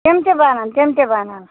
تِم تہِ بَنن تِم تہِ بَنن